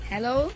Hello